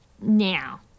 now